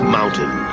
Mountain